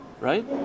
Right